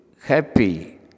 happy